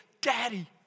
Daddy